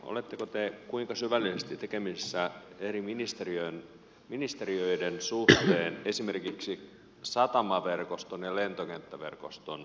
oletteko te kuinka syvällisesti tekemisissä eri ministeriöiden suhteen esimerkiksi satamaverkoston ja lentokenttäverkoston suhteen